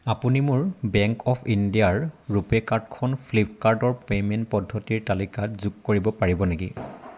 আপুনি মোৰ bank of ইণ্ডিয়াৰ ৰুপে' কাৰ্ডখন ফ্লিপকাৰ্টৰ পে'মেণ্ট পদ্ধতিৰ তালিকাত যোগ কৰিব পাৰিব নেকি